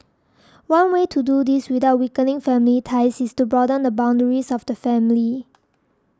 one way to do this without weakening family ties is to broaden the boundaries of the family